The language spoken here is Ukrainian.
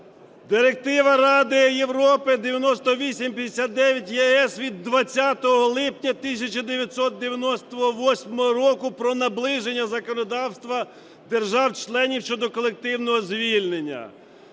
Директива Ради Європи 98/59/ЄС від 20 липня 1998 року про наближення законодавства держав-членів щодо колективного звільнення,